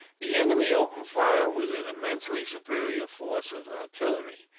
the enemy opened fire with an immensely superior force of artillery.